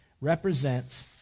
represents